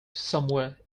somewhere